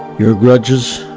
your grudges,